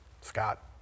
Scott